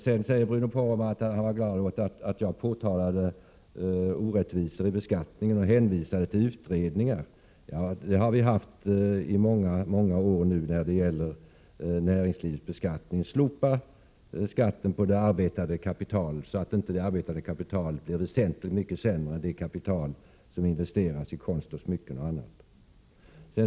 Sedan sade Bruno Poromaa att han var glad åt att jag påtalade orättvisor i 51 beskattningen och hänvisade till utredningar. Det har vi krävt i många år nu: slopa skatten på det arbetande kapitalet, så att inte det blir väsentligt sämre än det kapital som investeras i konst, smycken och annat.